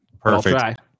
Perfect